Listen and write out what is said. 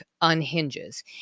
unhinges